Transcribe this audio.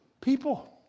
people